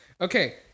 Okay